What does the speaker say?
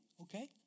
okay